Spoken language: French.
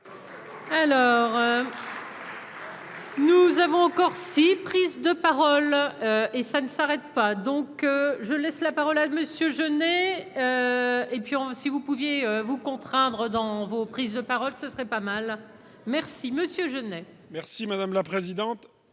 aider. Nous avons encore six prises de parole et ça ne s'arrête pas, donc je laisse la parole à Monsieur. Et puis on si vous pouviez vous contraindre dans vos prises de parole, ce serait pas mal, merci monsieur n'. Merci madame la présidente,